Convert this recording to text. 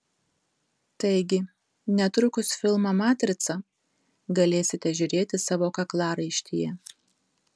taigi netrukus filmą matrica galėsite žiūrėti savo kaklaraištyje